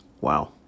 wow